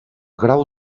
grau